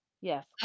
Yes